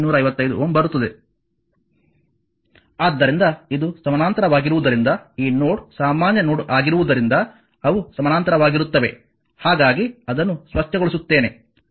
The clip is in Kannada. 555Ω ಬರುತ್ತದೆ ಆದ್ದರಿಂದ ಇದು ಸಮಾನಾಂತರವಾಗಿರುವುದರಿಂದ ಈ ನೋಡ್ ಸಾಮಾನ್ಯ ನೋಡ್ ಆಗಿರುವುದರಿಂದ ಅವು ಸಮಾನಾಂತರವಾಗಿರುತ್ತವೆ ಹಾಗಾಗಿ ಅದನ್ನು ಸ್ವಚ್ಛಗೊಳಿಸುತ್ತೇನೆ